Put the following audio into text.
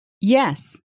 Yes